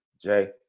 Jay